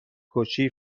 کشی